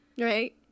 Right